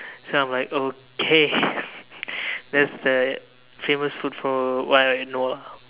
so I'm like okay that's the famous food for a while I know lah